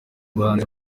bahanzi